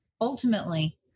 ultimately